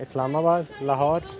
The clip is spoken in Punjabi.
ਇਸਲਾਮਾਬਾਦ ਲਾਹੌਰ